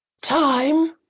Time